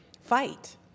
fight